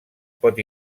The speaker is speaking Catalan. pot